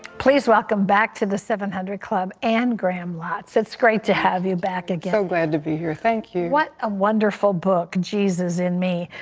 please welcome back to the seven hundred club anne graham lotz. great to have you back again. so glad to be here. thank you. what a wonderful book, jesus in me.